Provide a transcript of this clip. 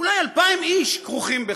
אולי 2,000 איש כרוכים בכך,